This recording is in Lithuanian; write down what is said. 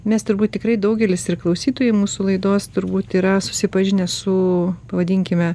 mes turbūt tikrai daugelis ir klausytojai mūsų laidos turbūt yra susipažinę su pavadinkime